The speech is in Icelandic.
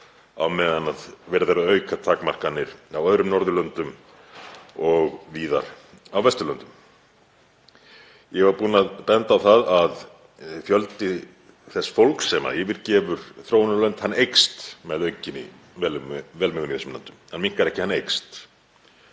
á meðan verið er að auka takmarkanir á öðrum Norðurlöndum og víðar á Vesturlöndum. Ég var búinn að benda á það að fjöldi þess fólks sem yfirgefur þróunarlönd eykst með aukinni velmegun í þessum löndum, hann minnkar ekki, hann eykst.